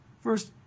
first